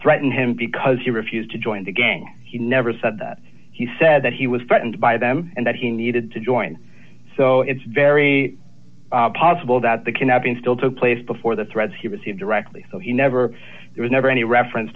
threatened him because he refused to join the gang he never said that he said that he was threatened by them and that he needed to join so it's very possible that the kidnapping still took place before the threats he received directly so he never there was never any reference